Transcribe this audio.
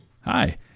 Hi